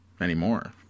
Anymore